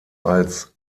als